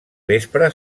vespre